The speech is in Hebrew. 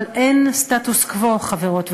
אבל אין סטטוס-קוו, חברות וחברים,